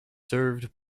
served